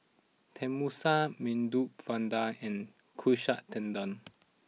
Tenmusu Medu Vada and Katsu Tendon